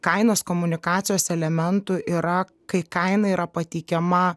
kainos komunikacijos elementų yra kai kaina yra pateikiama